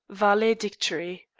valedictory